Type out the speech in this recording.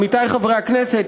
עמיתי חברי הכנסת,